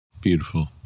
Beautiful